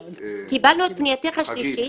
היצרנים,